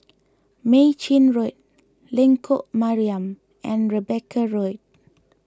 Mei Chin Road Lengkok Mariam and Rebecca Road